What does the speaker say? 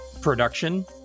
production